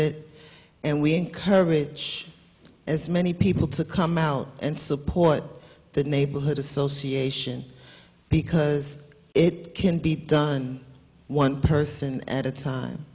it and we encourage as many people to come out and support the neighborhood association because it can be done one person at a time